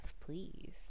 please